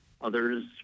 others